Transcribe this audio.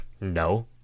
no